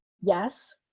Yes